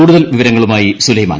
കൂടുതൽ വിവരങ്ങളുമായി സുലൈമാൻ